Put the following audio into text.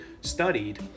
studied